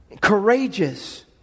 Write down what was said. courageous